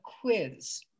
quiz